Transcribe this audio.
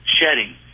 shedding